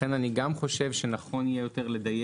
לכן אני גם חושב שנכון יהיה לדייק.